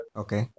okay